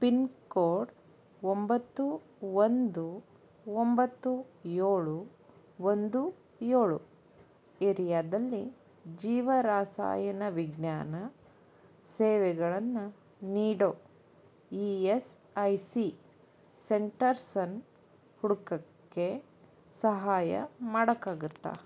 pin code ಒಂಬತ್ತು ಒಂದು ಒಂಬತ್ತು ಏಳು ಒಂದು ಏಳು ಏರಿಯಾದಲ್ಲಿ ಜೀವರಸಾಯನ ವಿಜ್ಞಾನ ಸೇವೆಗಳನ್ನು ನೀಡೋ ಇ ಎಸ್ ಐ ಸಿ ಸೆಂಟರ್ಸನ್ನ ಹುಡುಕಕ್ಕೆ ಸಹಾಯ ಮಾಡಕ್ಕಾಗುತ್ತಾ